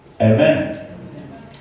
Amen